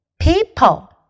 people